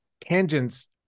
Tangents